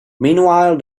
meanwhile